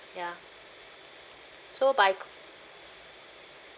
ya so by